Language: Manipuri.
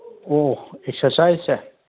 ꯑꯣ ꯑꯦꯛꯁꯔꯁꯥꯏꯁꯁꯦ